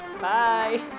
Bye